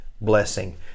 blessing